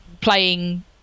playing